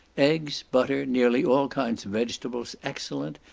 eggs, butter, nearly all kinds of vegetables, excellent,